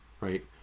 right